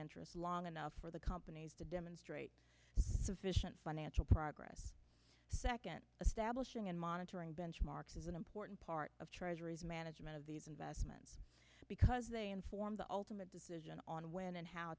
interest long enough for the companies to demonstrate this efficient financial progress second establishing and monitoring benchmarks is an important part of treasury's management of these investments because they inform the ultimate decision on when and how